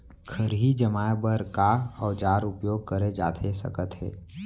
खरही जमाए बर का औजार उपयोग करे जाथे सकत हे?